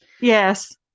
Yes